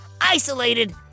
isolated